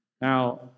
Now